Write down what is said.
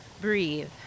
breathe